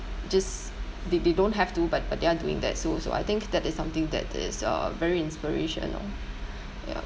just they they don't have to but but they're doing that so so I think that is something that is uh very inspirational ya